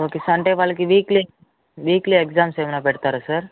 okay sir అంటే వాళ్ళకి weekly weekly exams ఏవైనా పెడతారా సార్